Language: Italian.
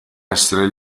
essere